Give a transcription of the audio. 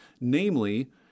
Namely